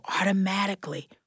automatically